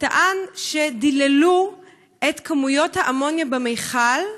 שדיללו את כמויות האמוניה במכל,